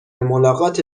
ملاقات